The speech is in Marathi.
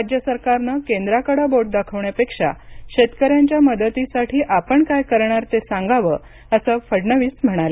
राज्य सरकारनं केंद्राकडे बोट दाखवण्यापेक्षा शेतकऱ्यांच्या मदतीसाठी आपण काय करणार ते सांगावं असं फडणवीस म्हणाले